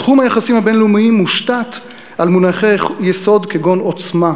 תחום היחסים הבין-לאומיים מושתת על מונחי יסוד כגון עוצמה,